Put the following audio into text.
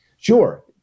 Sure